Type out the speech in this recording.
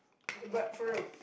but true